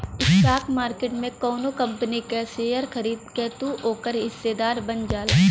stock market में कउनो company क शेयर खरीद के तू ओकर हिस्सेदार बन जाला